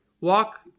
Walk